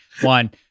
One